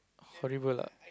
horrible lah